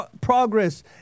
progress